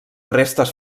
restes